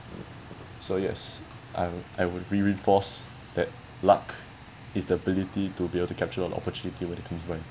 so yes I will I would reinforce that luck is the ability to be able to capture a lot of opportunity when it comes by